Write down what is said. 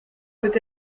peut